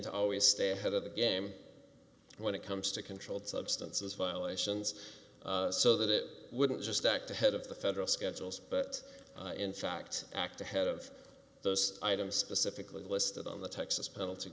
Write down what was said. to always stay ahead of the game when it comes to controlled substances violations so that it wouldn't just act ahead of the federal schedules but in fact act ahead of those items specifically listed on the texas penalty